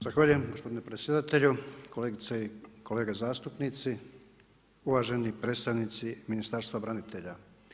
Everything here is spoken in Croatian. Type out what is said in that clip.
Zahvaljujem gospodine predsjedatelju, kolegice i kolege zastupnici, uvaženi predstavnici Ministarstva branitelja.